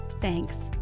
Thanks